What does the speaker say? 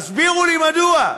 תסבירו לי מדוע.